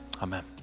Amen